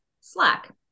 slack